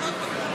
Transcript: בסדר.